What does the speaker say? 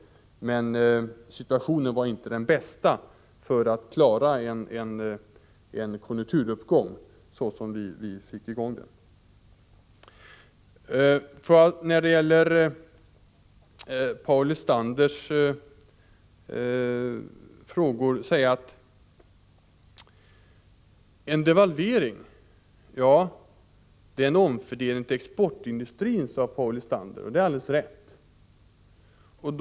Men situationen var inte den bästa för att klara en konjunkturuppgång. Paul Lestander säger att en devalvering är en omfördelning till exportindustrin. Det är alldeles riktigt.